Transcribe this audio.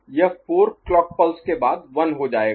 यह 4 clock pulse के बाद 1 हो जाएगा